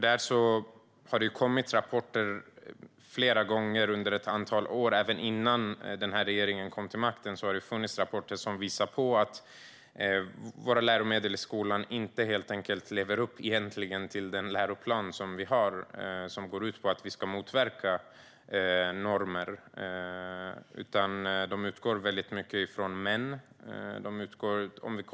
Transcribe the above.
Det har kommit flera rapporter under ett antal år, även innan den här regeringen kom till makten, som visar att läromedlen i skolan egentligen inte lever upp till läroplanen, som går ut på att vi ska motverka de normerna. Läromedlen utgår till stor del från män.